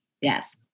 Yes